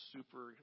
super